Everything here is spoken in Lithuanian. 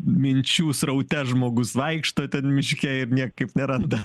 minčių sraute žmogus vaikšto ten miške ir niekaip neranda